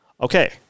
Okay